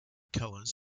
colours